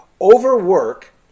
overwork